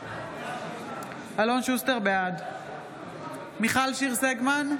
בעד מיכל שיר סגמן,